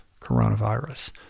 coronavirus